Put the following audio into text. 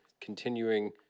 continuing